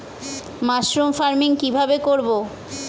Mushroom farming কি ভাবে করব?